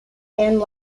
and